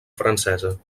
francesa